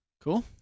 Cool